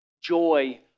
Joy